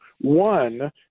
One